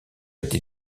été